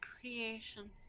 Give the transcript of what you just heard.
creation